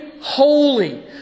holy